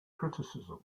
criticism